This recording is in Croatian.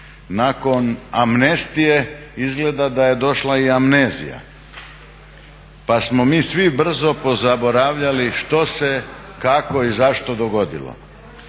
Nakon amnestije izgleda da je došla i amnezija, pa smo mi svi brzo pozaboravljali što se, kako i zašto dogodilo.